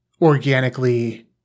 organically